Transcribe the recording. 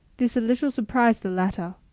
this a little surprised the latter.